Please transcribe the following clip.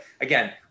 again